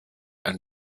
and